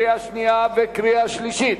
קריאה שנייה וקריאה שלישית.